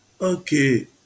Okay